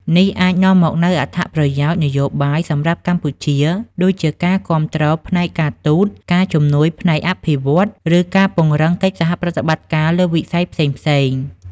នេះអាចនាំមកនូវអត្ថប្រយោជន៍នយោបាយសម្រាប់កម្ពុជា ដូចជាការគាំទ្រផ្នែកការទូត ការជំនួយផ្នែកអភិវឌ្ឍន៍ ឬការពង្រឹងកិច្ចសហប្រតិបត្តិការលើវិស័យផ្សេងៗ។